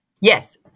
yes